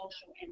social